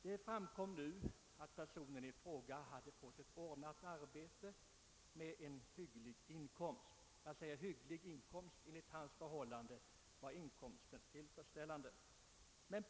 Det framkom att personen i fråga hade fått ett ordnat arbete med en efter hans förhållanden hygglig inkomst.